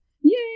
Yay